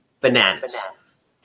bananas